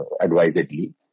advisedly